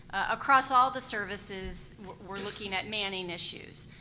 across all the services, we're looking at manning issues.